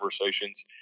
conversations